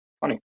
funny